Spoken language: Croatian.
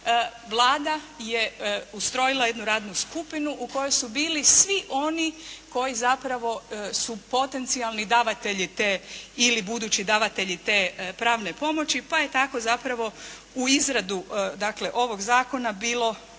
Vlada je ustrojila jednu radnu skupinu u kojoj su bili svi oni koji su zapravo potencijalni davatelji te ili budući davatelji te pravne pomoći. Pa je tako zapravo u izradu dakle, ovoga Zakona bilo